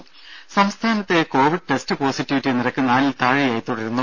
ദേദ സംസ്ഥാനത്തെ Covid test positivity നിരക്ക് നാലിൽ താഴെയായി തുടരുന്നു